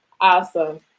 Awesome